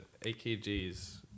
AKGs